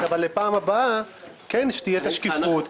אבל לפעם הבאה כן שתהיה שקיפות,